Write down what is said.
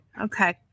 Okay